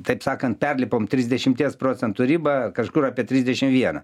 taip sakant perlipom trisdešimties procentų ribą kažkur apie trisdešim vieną